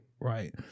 right